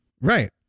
Right